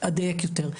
אני אדייק יותר.